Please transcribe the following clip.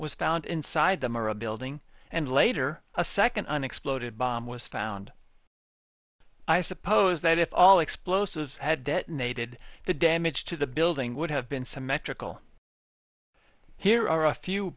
was found inside the murrah building and later a second unexploded bomb was found i suppose that it all explosives had detonated the damage to the building would have been symmetrical here are a few